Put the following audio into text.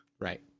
Right